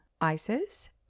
ISIS